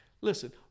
Listen